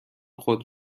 خود